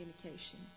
communication